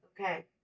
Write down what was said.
Okay